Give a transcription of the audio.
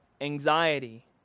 anxiety